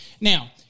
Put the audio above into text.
now